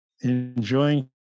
enjoying